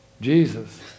Jesus